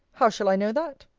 how shall i know that?